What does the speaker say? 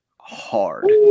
hard